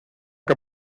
que